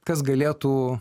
kas galėtų